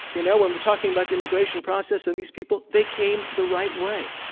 you know, when we're talking about the immigration process and these people, they came the right way.